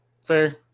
Fair